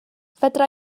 fedra